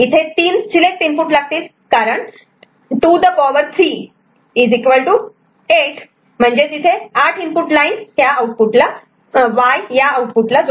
इथे 3 select input लागतील कारण 2 द पावर 3 8 म्हणजेच इथे 8 इनपुट लाईन Y आऊटफुटला जोडल्या जातील